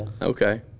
Okay